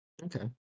Okay